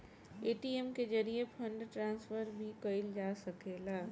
ATM के जरिये fund transfer भी कईल जा सकेला